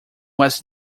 was